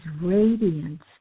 radiance